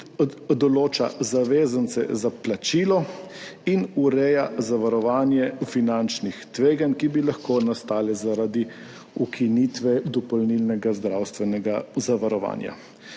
določa zavezance za plačilo in ureja zavarovanje finančnih tveganj, ki bi lahko nastala zaradi ukinitve dopolnilnega zdravstvenega zavarovanja.